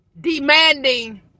demanding